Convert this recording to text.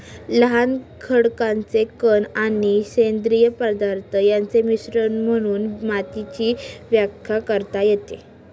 लहान खडकाचे कण आणि सेंद्रिय पदार्थ यांचे मिश्रण म्हणून मातीची व्याख्या करता येते